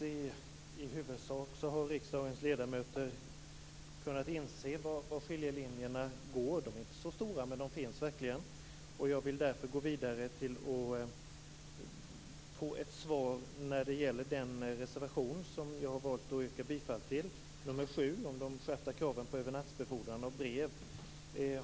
Fru talman! Jag anser att riksdagens ledamöter i huvudsak har kunnat inse var skiljelinjerna går. De är inte så stora, men de finns verkligen. Jag vill därför gå vidare och få ett svar när det gäller den reservation som jag har valt att yrka bifall till, nämligen reservation 7 om skärpta krav på övernattbefordran av brev.